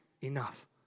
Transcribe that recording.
enough